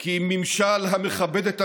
כי אם ממשל המכבד את המיעוט,